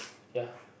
ya